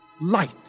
Light